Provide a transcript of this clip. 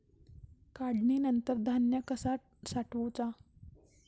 काढणीनंतर धान्य कसा साठवुचा?